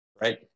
right